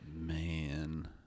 Man